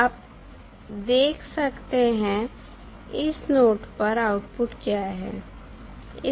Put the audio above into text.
आप देख सकते हैं इस नोट पर आउटपुट क्या है